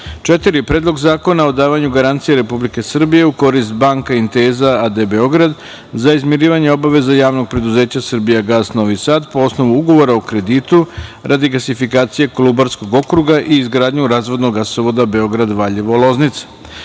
redu je Predlog zakona o davanju garancija Republike Srbije u korist Banka Inteza a.d. Beograd za izmirivanje obaveza JP Srbijagas Novi Sad po osnovu Ugovora o dugoročnom kreditu radi gasifikacije Kolubarskog okruga i izgradnju razvodnog gasovoda Beograd-Valjevo-Loznica.